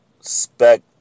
Spec